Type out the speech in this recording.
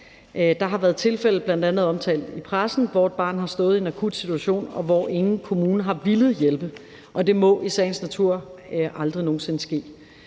Der har været tilfælde, bl.a. omtalt i pressen, hvor et barn har stået i en akut situation, og hvor ingen kommune har villet hjælpe, og det må i sagens natur aldrig nogen sinde ske.